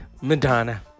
Madonna